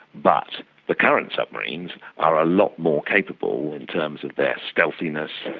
but the current submarines are a lot more capable in terms of their stealthiness,